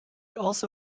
also